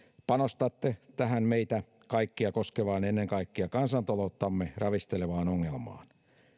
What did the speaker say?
panostatte tähän meitä kaikkia koskevaan ja ennen kaikkea kansantalouttamme ravistelevaan ongelmaan